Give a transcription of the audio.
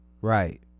Right